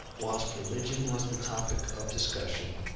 whilst religion was the topic of discussion,